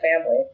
family